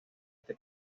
este